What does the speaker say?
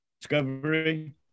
discovery